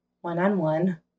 one-on-one